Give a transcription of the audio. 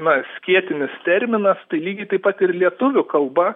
na skėtinis terminas tai lygiai taip pat ir lietuvių kalba